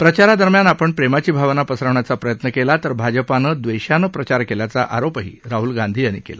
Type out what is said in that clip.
प्रचारादरम्यान आपण प्रेमाची भावना पसरवण्याचा प्रयत्न केला तर भाजपानं द्वेषानं प्रचार केल्याचा आरोपही राहुल गांधी यांनी केला